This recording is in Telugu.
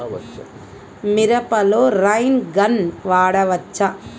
మిరపలో రైన్ గన్ వాడవచ్చా?